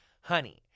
Honey